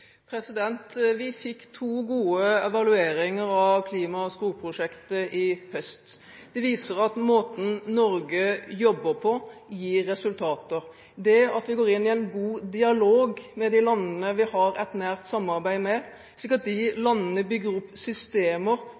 Vi fikk to gode evalueringer av klima- og skogprosjektet i høst. Det viser at måten Norge jobber på, gir resultater: Vi går inn i en dialog med de landene vi har et nært samarbeid med, slik at de landene bygger opp systemer